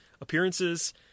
appearances